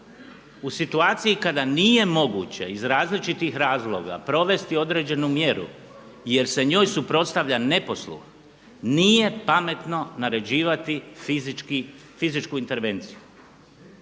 U situaciji kada nije moguće iz različitih razloga provesti određenu mjeru jer se njoj suprotstavlja neposluh nije pametno naređivati fizičku intervenciju.